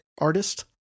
artist